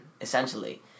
essentially